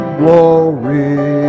glory